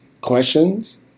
questions